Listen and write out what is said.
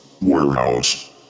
warehouse